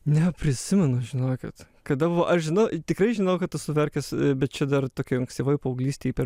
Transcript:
neprisimenu žinokit kada buvo aš žinau tikrai žinau kad esu verkęs bet čia dar tokioj ankstyvoj paauglystėj per